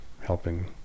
helping